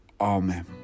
amen